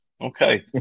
Okay